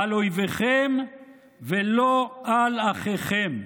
'על אויביכם ולא אחיכם,